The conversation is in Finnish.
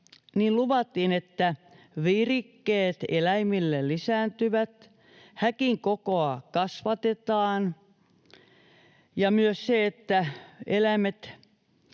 niin luvattiin, että virikkeet eläimille lisääntyvät, häkin kokoa kasvatetaan ja myös että eläimille,